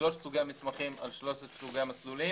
שלושת סוגי המסמכים, על של שלושת סוגי המסלולים?